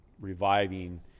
reviving